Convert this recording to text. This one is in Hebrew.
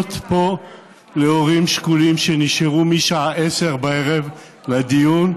לפנות להורים שכולים שנשארו משעה 22:00 לדיון,